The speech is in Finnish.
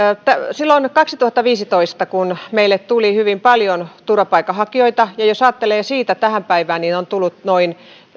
silloin kaksituhattaviisitoista meille tuli hyvin paljon turvapaikanhakijoita ja jos ajattelee siitä tähän päivään niin on tullut noin